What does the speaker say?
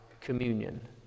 communion